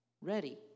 ready